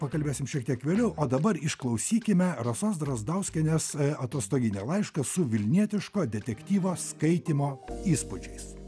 pakalbėsim šiek tiek vėliau o dabar išklausykime rasos drazdauskienės atostoginį laišką su vilnietiško detektyvo skaitymo įspūdžiais